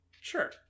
Sure